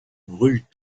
brûlent